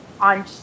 on